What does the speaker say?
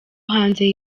hanze